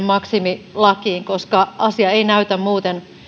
maksimi lakiin koska asia ei näytä muuten